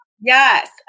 Yes